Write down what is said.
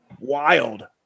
wild